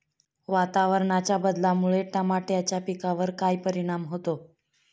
वातावरणाच्या बदलामुळे टमाट्याच्या पिकावर काय परिणाम होतो?